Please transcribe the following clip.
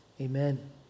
amen